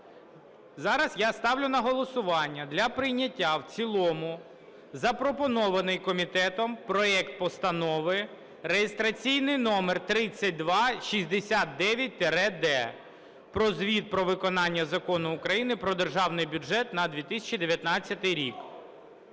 Зараз я ставлю на голосування для прийняття в цілому запропонований комітетом проект Постанови (реєстраційний номер 3269-д) про звіт про виконання Закону України "Про Державний бюджет України на 2019 рік".